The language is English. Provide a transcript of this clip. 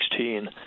2016